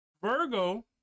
Virgo